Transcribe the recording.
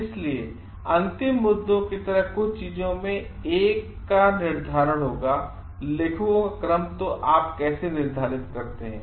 इसलिए अंतिम मुद्दों की तरह कुछ चीजों में से एक का निर्धारण होगा लेखकों का क्रम तो आप कैसे निर्धारित करते हैं